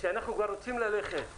וכשאנחנו כבר רוצים ללכת למילואים,